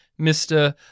Mr